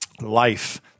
life